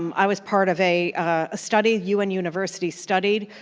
um i was part of a study, un university study.